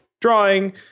drawing